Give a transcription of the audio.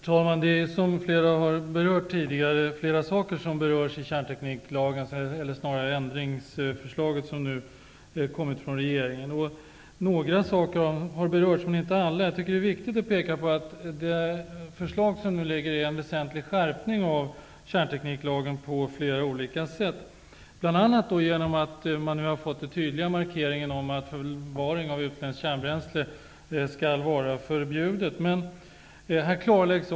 Herr talman! Som framgår av det som tidigare sagts är det flera saker som berörs i det ändringsförslag som nu har kommit från regeringen. Några saker har berörts, men inte alla. Det är viktigt att påpeka att förslaget innebär en väsentlig skärpning av kärntekniklagen på flera olika punkter, bl.a. genom att man har gjort en tydlig markering om att förvaring av utländskt kärnbränsle skall förbjudas.